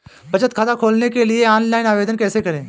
बचत खाता खोलने के लिए ऑनलाइन आवेदन कैसे करें?